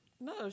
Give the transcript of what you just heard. No